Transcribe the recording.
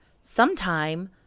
sometime